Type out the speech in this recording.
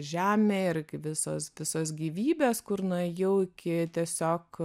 žemė ir visos visos gyvybės kur nuėjau iki tiesiog